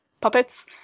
puppets